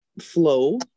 flow